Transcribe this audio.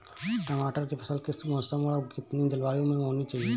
टमाटर की फसल किस मौसम व कितनी जलवायु में होनी चाहिए?